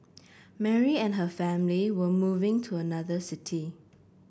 Mary and her family were moving to another city